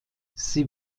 sie